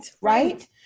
right